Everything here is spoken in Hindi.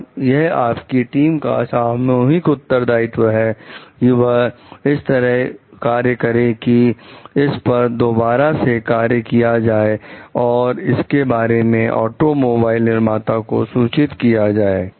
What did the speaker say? और यह आपके टीम का सामूहिक उत्तरदायित्व है कि वह इस तरह कार्य करें कि इस पर दोबारा से कार्य किया जाए और इसके बारे में ऑटोमोबाइल निर्माता को सूचित करें